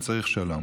וצריך שלום,